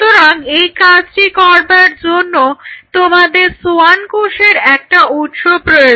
সুতরাং এই কাজটি করবার জন্য তোমাদের সোয়ান কোষের একটা উৎস প্রয়োজন